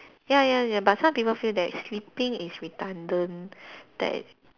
ya ya ya but some people feel that sleeping is redundant that